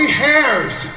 hairs